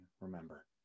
remember